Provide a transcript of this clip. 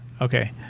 Okay